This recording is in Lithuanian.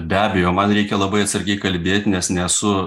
be abejo man reikia labai atsargiai kalbėt nes nesu